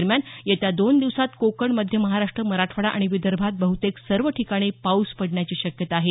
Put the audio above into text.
दरम्यान येत्या दोन दिवसात कोकण मध्य महाराष्ट्र मराठवाडा आणि विदर्भात बहतेक सर्व ठिकाणी पाऊस पडण्याची शक्यता आहे